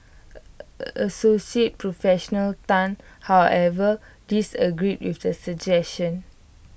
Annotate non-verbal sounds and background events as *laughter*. *noise* associate professional Tan however disagreed with the suggestion